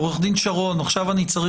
עורך דין שרון, עכשיו בייחוד